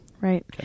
Right